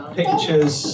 pictures